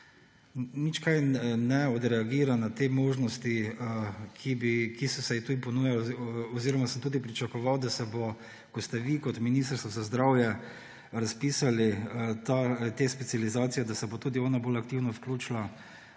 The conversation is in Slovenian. nič kaj ne odreagira na te možnosti oziroma sem tudi pričakoval, ko ste vi kot Ministrstvo za zdravje razpisali te specializacije, da se bo tudi ona bolj aktivno vključila